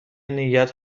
نیت